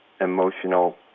emotional